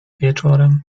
wieczorem